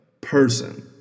person